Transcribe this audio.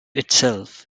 itself